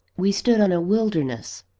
we stood on a wilderness